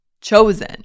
chosen